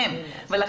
אז מה יקרה להם?